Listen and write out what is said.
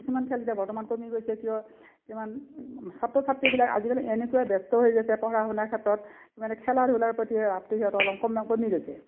কিছুমান খেল এতিয়া বৰ্তমান কমি গৈছে কিয় কিমান ছাত্ৰ ছাত্ৰীবিলাক আজিকালি এনেকুৱা ব্যস্ত হৈ গৈছে পঢ়া শুনাৰ ক্ষেত্ৰত মানে খেলা ধূলাৰ প্ৰতি ৰাপটো সিহঁতৰ অলপ কম কমি গৈছে